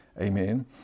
Amen